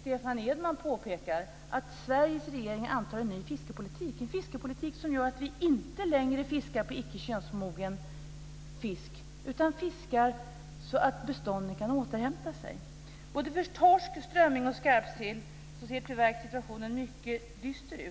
Stefan Edman påpekar, att Sveriges regering antar en ny fiskepolitik, en fiskepolitik som gör att vi inte längre fiskar icke könsmogen fisk utan fiskar så att bestånden kan återhämta sig. För torsk, strömming och skarpsill ser tyvärr situationen mycket dyster ut.